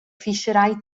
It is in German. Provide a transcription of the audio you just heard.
fischerei